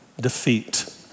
defeat